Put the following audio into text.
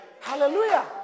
Hallelujah